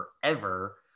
forever